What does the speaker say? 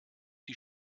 die